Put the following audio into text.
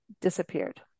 disappeared